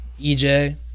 EJ